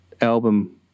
album